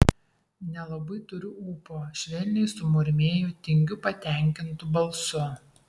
nelabai turiu ūpo švelniai sumurmėjo tingiu patenkintu balsu